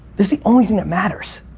is the only thing that matters.